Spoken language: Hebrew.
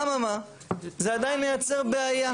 זה עדיין מייצר בעיה.